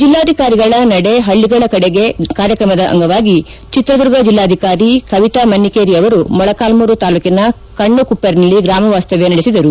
ಜಿಲ್ಲಾಧಿಕಾರಿಗಳ ನಡೆ ಹಳ್ಳಗಳ ಕಡೆಗೆ ಕಾರ್ಯತ್ರಮದ ಅಂಗವಾಗಿ ಚಿತ್ರದುರ್ಗ ಜಿಲ್ಲಾಧಿಕಾರಿ ಕವಿತಾ ಮನ್ನಿಕೆರಿ ಅವರು ಮೊಳಕಾಲ್ಕೂರು ತಾಲ್ಲೂಕಿನ ಕಣ್ಣು ಕುಪ್ಪರಿನಲ್ಲಿ ಗ್ರಾಮ ವಾಸ್ತವ್ಯ ನಡೆಸಿದರು